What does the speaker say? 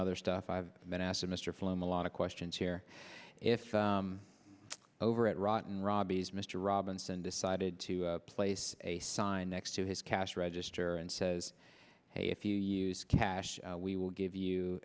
other stuff i've been asked mr flamm a lot of questions here if over at rotten robbie's mr robinson decided to place a sign next to his cash register and says hey if you use cash we will give you